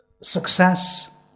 success